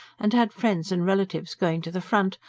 and had friends and relatives going to the front,